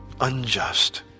unjust